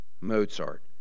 Mozart